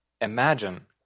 imagine